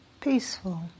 peaceful